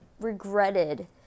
regretted